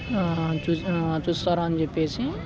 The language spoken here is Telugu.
చూసి చూస్తారా అని చెెప్పేసి